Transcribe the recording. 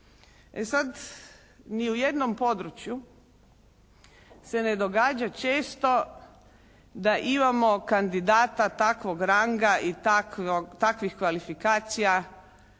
E sad, ni u jednom području se ne događa često da imamo kandidata takvog ranga i takvih kvalifikacija